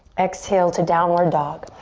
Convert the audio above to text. exhale to downward dog.